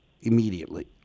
immediately